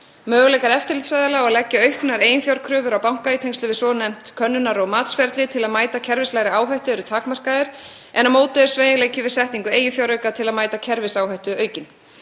Möguleikar eftirlitsaðila á að leggja auknar eiginfjárkröfur á banka í tengslum við svonefnt könnunar- og matsferli til að mæta kerfislægri áhættu eru takmarkaðir, en á móti er sveigjanleiki við setningu eiginfjárauka til að mæta kerfisáhættu aukinn.